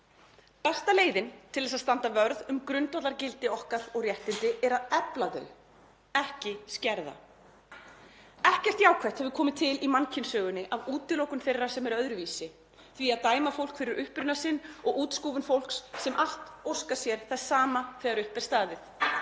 Besta leiðin til þess að standa vörð um grundvallargildi okkar og réttindi er að efla þau, ekki skerða. Ekkert jákvætt hefur komið til í mannkynssögunni af útilokun þeirra sem eru öðruvísi, því að dæma fólk fyrir uppruna sinn og útskúfun fólks sem allt óskar sér þess sama þegar upp er staðið;